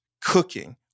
cooking